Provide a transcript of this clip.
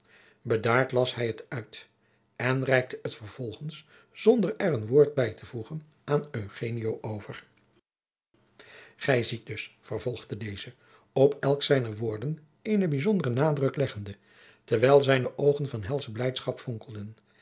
bedaard las hij het uit en reikte het vervolgens zonder er een woord bij te voegen aan eugenio over gij ziet dus vervolgde deze op elk zijner woorden eenen bijzonderen nadruk leggende terwijl zijne oogen van helsche blijdschap vonkelden